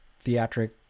theatric